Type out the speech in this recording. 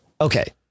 Okay